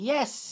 Yes